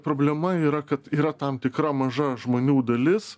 problema yra kad yra tam tikra maža žmonių dalis